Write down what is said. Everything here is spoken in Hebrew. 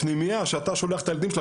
הפנימיה שאתה שולח את הילדים שלך,